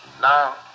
Now